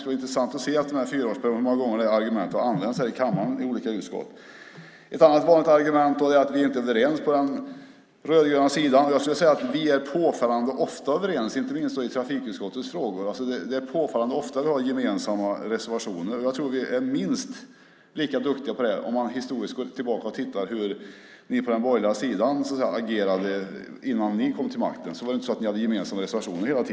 Efter den här fyraårsperioden skulle det vara intressant att se hur många gånger det argumentet har använts här i kammaren och i olika utskott. Ett annat vanligt argument är att vi inte är överens på den rödgröna sidan. Jag skulle vilja säga att vi påfallande ofta är överens, inte minst i trafikutskottets frågor. Det är påfallande ofta vi har gemensamma reservationer. Om man går tillbaka och tittar på hur ni på den borgerliga sidan agerade innan ni kom till makten tror jag att man kan se att vi är minst lika duktiga på det som ni.